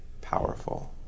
powerful